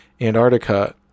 Antarctica